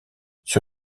sur